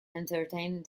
entertained